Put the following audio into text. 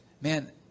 man